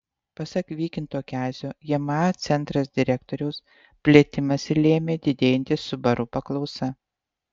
pasak vykinto kezio jma centras direktoriaus plėtimąsi lėmė didėjanti subaru paklausa